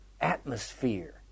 atmosphere